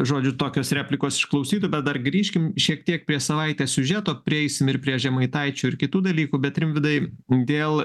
žodžiu tokios replikos iš klausytojų bet dar grįžkim šiek tiek prie savaitės siužeto prieisim ir prie žemaitaičio ir kitų dalykų bet rimvydai dėl